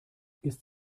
ist